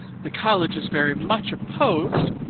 the college is very much opposed,